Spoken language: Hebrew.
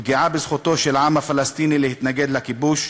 ופגיעה בזכותו של העם הפלסטיני להתנגד לכיבוש.